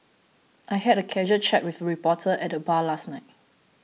I had a casual chat with reporter at the bar last night